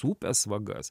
upės vagas